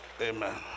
Amen